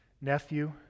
nephew